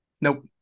Nope